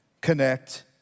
connect